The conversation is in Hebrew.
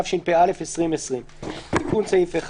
התשפ"א 2020. תיקון סעיף .